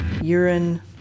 urine